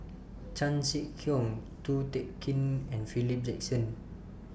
Chan Sek Keong Ko Teck Kin and Philip Jackson